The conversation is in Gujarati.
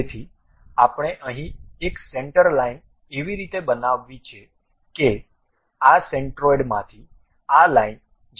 તેથી આપણે અહીં એક સેન્ટર લાઇન એવી રીતે બનાવવી છે કે આ સેન્ટ્રોઇડમાંથી આ લાઇન 0